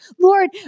Lord